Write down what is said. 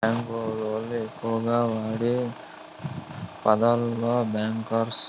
bank లోళ్ళు ఎక్కువగా వాడే పదాలలో బ్యేంకర్స్